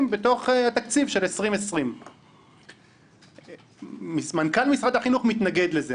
בתוך התקציב של 2020. מנכ"ל משרד החינוך מתנגד לזה.